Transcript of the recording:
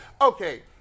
Okay